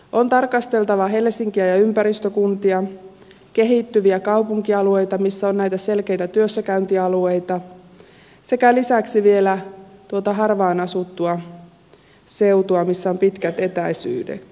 on tarkasteltava helsinkiä ja ympäristökuntia kehittyviä kaupunkialueita joissa on näitä selkeitä työssäkäyntialueita sekä lisäksi vielä harvaan asuttua seutua missä on pitkät etäisyydet